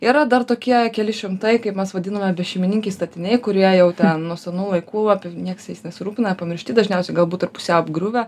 yra dar tokie keli šimtai kaip mes vadiname bešeimininkiai statiniai kurie jau ten nuo senų laikų nieks jais nesirūpina pamiršti dažniausiai galbūt ir pusiau apgriuvę